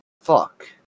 fuck